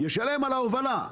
הוא ישלם על ההובלה.